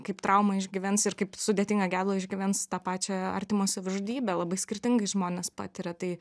kaip traumą išgyvens ir kaip sudėtingą gedulą išgyvens tą pačią artimo savižudybę labai skirtingai žmonės patiria tai